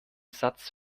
satz